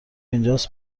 اینجاست